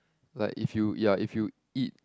like if you ya if you eat